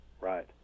right